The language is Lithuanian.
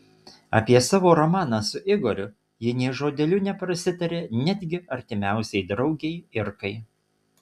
apie savo romaną su igoriu ji nė žodeliu neprasitarė netgi artimiausiai draugei irkai